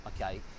okay